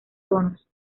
tonos